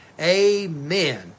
amen